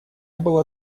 было